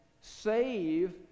save